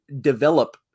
develop